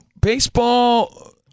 baseball